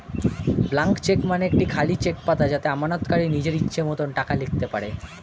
blank cheque মানে একটি খালি চেক পাতা যাতে আমানতকারী নিজের ইচ্ছে মতো টাকা লিখতে পারে